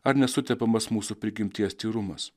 ar nesutepamas mūsų prigimties tyrumas